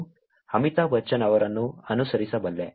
ನಾನು ಅಮಿತಾಬ್ ಬಚ್ಚನ್ ಅವರನ್ನು ಅನುಸರಿಸಬಲ್ಲೆ